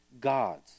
gods